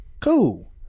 Cool